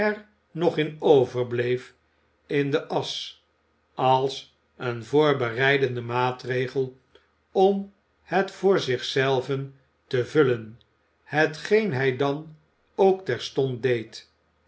nog in overbleef in de asch als een voorbereidende maatregel om het voor zich zelven te vullen hetgeen hij dan ook terstond deed